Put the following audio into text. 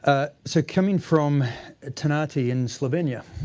ah so, coming from ah tinanti in slovenia,